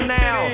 now